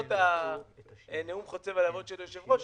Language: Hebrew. למרות נאום חוצב הלהבות של היושב-ראש,